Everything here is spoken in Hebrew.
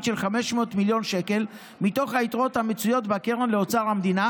של 500 מיליון שקל מתוך היתרות המצויות בקרן לאוצר המדינה,